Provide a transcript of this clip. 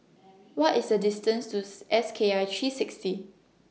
What IS The distance to S K I three sixty